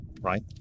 right